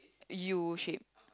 U shape